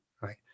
Right